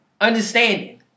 understanding